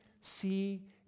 see